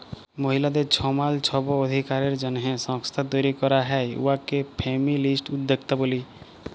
মহিলাদের ছমাল ছব অধিকারের জ্যনহে সংস্থা তৈরি ক্যরা হ্যয় উয়াকে ফেমিলিস্ট উদ্যক্তা ব্যলি